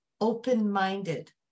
open-minded